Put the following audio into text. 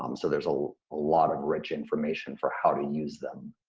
um so there's a lot of rich information for how to use them